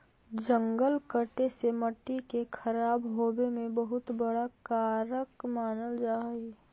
जंगल कटे से मट्टी के खराब होवे में बहुत बड़ा कारक मानल जा हइ